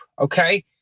okay